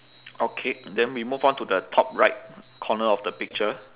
okay then we move on to the top right corner of the picture